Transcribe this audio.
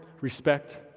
respect